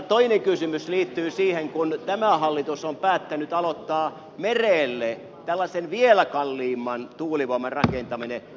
toinen kysymys liittyy siihen kun tämä hallitus on päättänyt aloittaa tällaisen vielä kalliimman tuulivoiman rakentamisen merelle